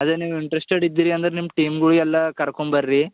ಅದೆ ನೀವು ಇಂಟ್ರಸ್ಟೆಡ್ ಇದ್ದೀರಿ ಅಂದ್ರ ನಿಮ್ಮ ಟೀಮ್ಗುಳು ಎಲ್ಲಾ ಕರ್ಕೊಂಬರ್ರಿ